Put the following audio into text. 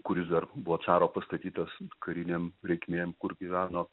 kuris dar buvo caro pastatytas karinėm reikmėm kur gyveno